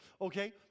okay